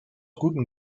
guten